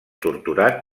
torturat